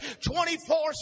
24